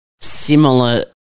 similar